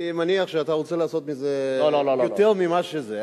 אני מניח שאתה רוצה לעשות מזה יותר ממה שזה,